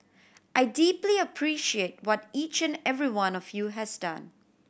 I deeply appreciate what each and every one of you has done